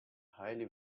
highly